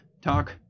Talk